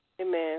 Amen